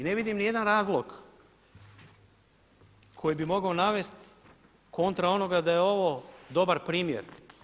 I ne vidim ni jedan razlog koji bi mogao navesti kontra onoga da je ovo dobar primjer.